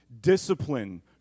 Discipline